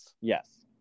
Yes